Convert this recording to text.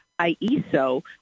IESO